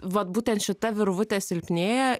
vat būtent šita virvutė silpnėja